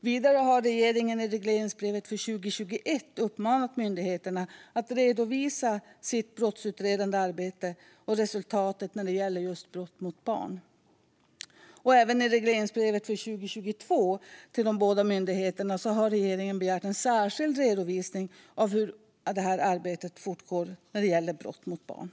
Vidare har regeringen i regleringsbrevet för 2021 uppmanat myndigheterna att redovisa sitt brottsutredande arbete och resultatet när det gäller just brott mot barn. Även i regleringsbreven till de båda myndigheterna för 2022 har regeringen begärt en särskild redovisning av hur arbetet fortgår när det gäller brott mot barn.